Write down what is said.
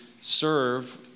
serve